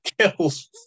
Kills